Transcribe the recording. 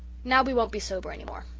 now we won't be sober any more.